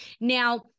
now